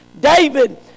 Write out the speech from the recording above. David